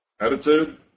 attitude